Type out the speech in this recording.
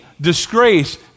disgrace